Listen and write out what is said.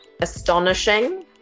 astonishing